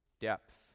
Depth